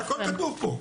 והכל כתוב פה.